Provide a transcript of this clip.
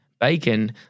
Bacon